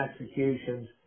executions